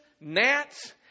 gnats